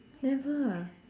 never ah